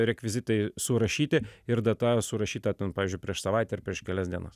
rekvizitai surašyti ir data surašyta ten pavyzdžiui prieš savaitę ar prieš kelias dienas